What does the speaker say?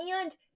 And-